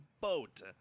boat